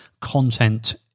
Content